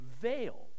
veil